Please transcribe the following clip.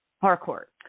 Harcourt